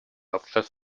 hauptstadt